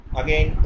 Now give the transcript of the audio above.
again